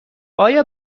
آیا